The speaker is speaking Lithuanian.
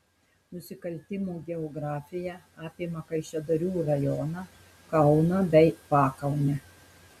nusikaltimų geografija apima kaišiadorių rajoną kauną bei pakaunę